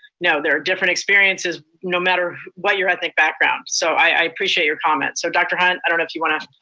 no, there are different experiences, no matter what your ethnic background. so i appreciate your comments. so dr. hunt, i don't know if you want to.